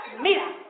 Mira